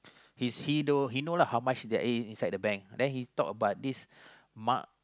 is he know he know lah how much there is in the bank then he talk about this Mark